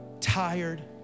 tired